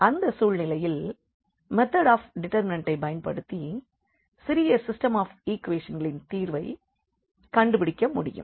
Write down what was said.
அந்த சூழலில் method of டிடெர்மினண்ட்டை பயன்படுத்தி சிறிய சிஸ்டெம் ஆஃப் ஈக்குவேஷன்களின் தீர்வை கண்டுபிடிக்க முடியும்